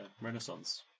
Renaissance